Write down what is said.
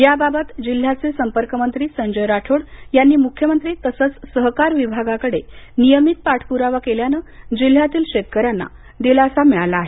याबाबत जिल्ह्याचे संपर्कमंत्री संजय राठोड यांनी मुख्यमंत्री तसंच सहकार विभागाकडे नियमित पाठपुरावा केल्यानं जिल्ह्यातील शेतकऱ्यांना दिलासा मिळाला आहे